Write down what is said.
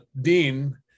Dean